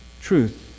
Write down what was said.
truth